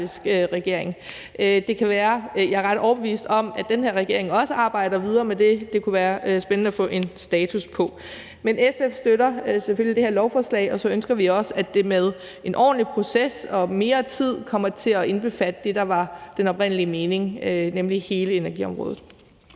Jeg er ret overbevist om, at den her regering også arbejder videre med det. Det kunne være spændende at få en status på. Men SF støtter selvfølgelig det her lovforslag, og så ønsker vi også, at det med en ordentlig proces og mere tid kommer til at indbefatte hele energiområdet, hvilket var den oprindelige mening. Kl. 11:18 Formanden